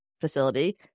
facility